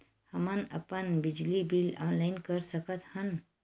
हमन अपन बिजली बिल ऑनलाइन कर सकत हन?